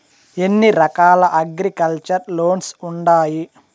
ఎన్ని రకాల agriculture loans ఉండాయి